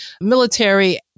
military